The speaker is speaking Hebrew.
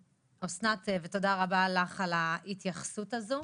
אסנת, תודה רבה לך על ההתייחסות הזו.